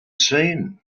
seen